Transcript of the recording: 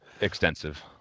extensive